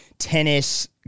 tennis